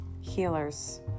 healers